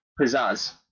pizzazz